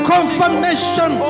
Confirmation